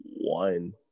one